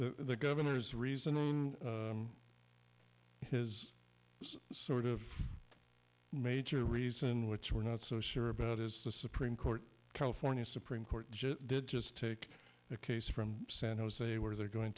the governor's reasoning his sort of major reason which we're not so sure about is the supreme court california supreme court just did just take the case from san jose where they're going